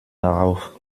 darauf